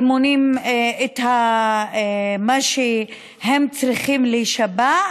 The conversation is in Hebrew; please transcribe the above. מה שהם צריכים להישבע,